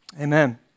amen